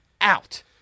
out